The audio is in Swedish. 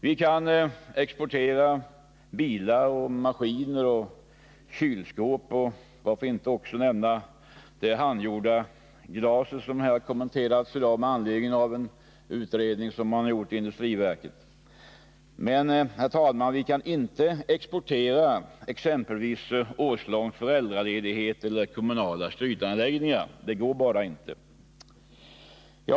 Vi kan exportera bilar, maskiner och kylskåp — och varför inte också nämna det handgjorda glaset, som här i dag har kommenterats med anledning av en utredning nyligen gjord av industriverket — men vi kan inte exportera exempelvis årslång föräldraledighet eller kommunala skrytanläggningar. Det går bara inte.